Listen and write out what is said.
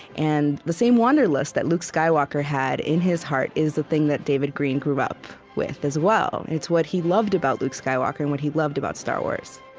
and the same wanderlust that luke skywalker had in his heart is the thing that david greene grew up with, as well, and it's what he loved about luke skywalker and what he loved about star wars